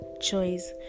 choice